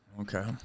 Okay